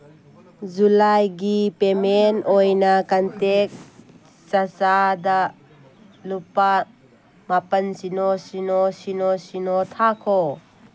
ꯂꯨꯖꯥꯏꯒꯤ payment ꯑꯣꯏꯅ contact ꯆꯆꯥꯗ ꯂꯨꯄꯥ ꯃꯥꯄꯟ ꯁꯤꯅꯣ ꯁꯤꯅꯣ ꯁꯤꯅꯣ ꯁꯤꯅꯣ ꯊꯥꯈꯣ